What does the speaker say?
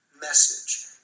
message